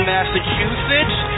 Massachusetts